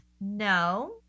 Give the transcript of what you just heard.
No